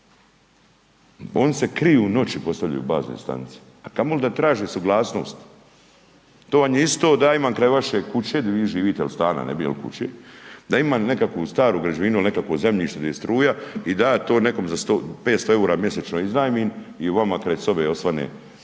Oni se kriju u noći postavlja bazne stanice, a kamoli da traže suglasnost, to vam je isto, da ja imam kraj vaše kuće, gdje vi živite, ili stane ili kuće, da imam nekakvo staru građevinu ili nekakvo zemljišne i struja i da to nekom za 100, 500 eura mjesečno iznajmim i vama kraj sobe osvane